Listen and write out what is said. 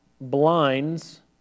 blinds